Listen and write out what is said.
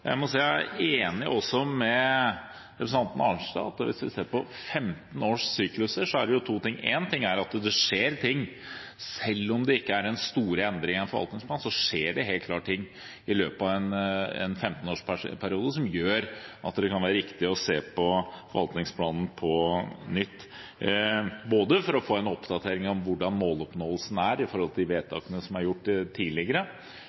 Jeg er også enig med representanten Arnstad i at hvis vi ser på 15 års sykluser, så er det to ting: For det første så skjer det ting – selv om det ikke er den store endringen av forvaltningsplanen, så skjer det helt klart ting i løpet av en 15-årsperiode som gjør at det kan være riktig å se på forvaltningsplanen på nytt for å få en oppdatering av hvordan måloppnåelsen er i forhold til de vedtakene som er gjort tidligere, fordi det kan skje politiske vedtak. Det ble vist til tidligere